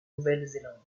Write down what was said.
nouvelle